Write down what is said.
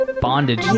bondage